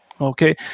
Okay